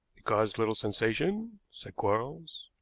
it caused little sensation, said quarles.